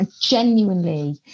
genuinely